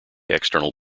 external